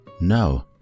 No